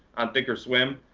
on thinkorswim.